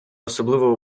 особливо